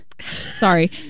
Sorry